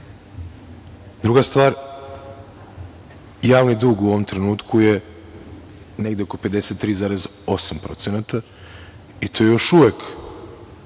stvar, javni dug u ovom trenutku je negde oko 53,8% i to je još uvek